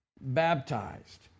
baptized